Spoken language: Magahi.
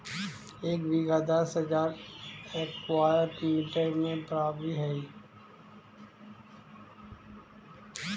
एक बीघा दस हजार स्क्वायर मीटर के बराबर हई